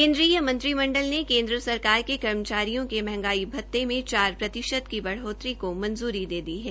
केन्द्रीय मंत्रिमंडल ने केन्द्र सरकार के कर्मचारियों के मंहगाई भत्ते में चार प्रतिशत की बढ़ोतरी की मंजूरी दे दी है